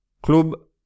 Club